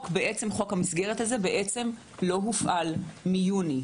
חוק המסגרת הזה לא מופעל מיוני.